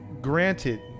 granted